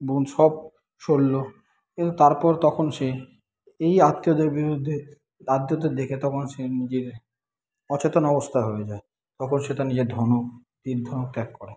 বোন সব শল্য কিন্তু তারপর তখন সে এই আত্মীয়দের বিরুদ্ধে আত্মীয়দের দেখে তখন সে নিজের অচেতন অবস্থা হয়ে যায় তারপর সে তার নিজের ধনুক তির ধনুক ত্যাগ করে